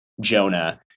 Jonah